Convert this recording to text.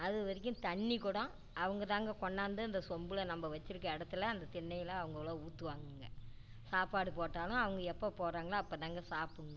அதுவரைக்கும் தண்ணிக்கூட அவங்கதாங்க கொண்டாந்து அந்த சொம்புல நம்ம வெச்சிருக்க இடத்துல அந்த திண்ணையில் அவங்களா ஊற்றுவாங்கங்க சாப்பாடு போட்டாலும் அவங்க எப்போ போடுறாங்களோ அப்போதாங்க சாப்பிட்ணும்